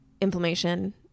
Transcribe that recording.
inflammation